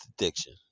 addiction